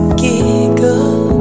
giggle